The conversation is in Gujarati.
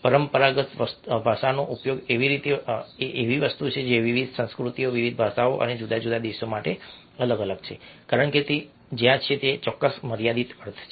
પરંપરાગત ભાષાનો ઉપયોગ એ એવી વસ્તુ છે જે વિવિધ સંસ્કૃતિઓ વિવિધ ભાષાઓ અને જુદા જુદા દેશો માટે અલગ છે કારણ કે તે તે છે જ્યાં તેનો ચોક્કસ મર્યાદિત અર્થ છે